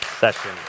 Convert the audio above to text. session